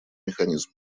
механизм